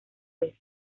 vez